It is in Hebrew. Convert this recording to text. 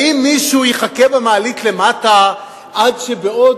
האם מישהו יחכה במעלית למטה עד שבעוד